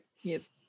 yes